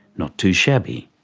not too shabby.